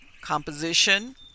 composition